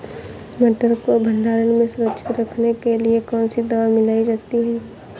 मटर को भंडारण में सुरक्षित रखने के लिए कौन सी दवा मिलाई जाती है?